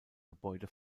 gebäude